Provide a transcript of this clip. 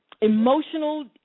emotional